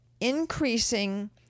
increasing